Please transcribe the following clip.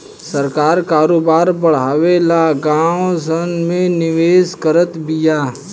सरकार करोबार बड़ावे ला गाँव सन मे निवेश करत बिया